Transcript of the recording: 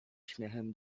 śmiechem